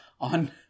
on